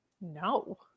No